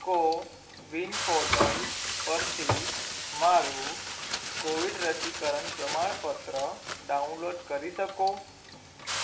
CoWIN portal પરથી મારું COVID રસીકરણ પ્રમાણપત્ર ડાઉનલોડ કરી શકો